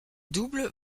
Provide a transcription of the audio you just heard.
double